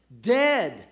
dead